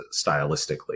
stylistically